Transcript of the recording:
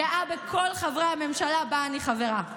גאה בכל חברי הממשלה שבה אני חברה,